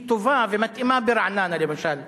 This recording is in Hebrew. היא טובה ומתאימה ברעננה, למשל,